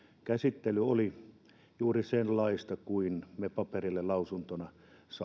käsittely oli juuri sellaista kuin mitä me paperille lausuntona saimme